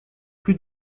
plus